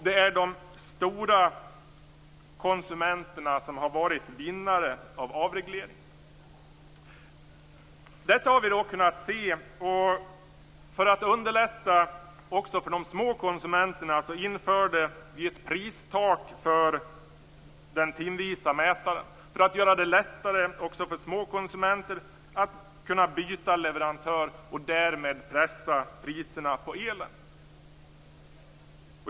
Det är de stora konsumenterna som har varit vinnare av avregleringen. För att underlätta för de små konsumenterna infördes ett pristak för timmätare för att göra det lättare för små konsumenter att byta leverantör och därmed pressa priserna på elen.